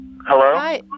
Hello